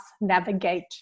navigate